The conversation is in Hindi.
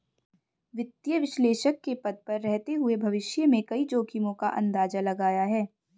वित्तीय विश्लेषक के पद पर रहते हुए भविष्य में कई जोखिमो का अंदाज़ा लगाया है